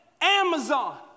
Amazon